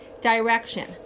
direction